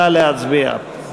נא להצביע.